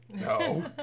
No